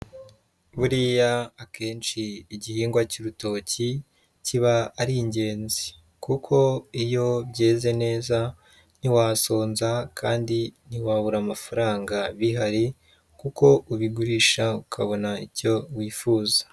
Buriya akenshi igihingwa cy'urutoki kiba ari ingenzi, kuko iyo byeze neza ntiwasonza kandi ntiwabura amafaranga bihari kuko ubigurisha ukabona icyo wifuza.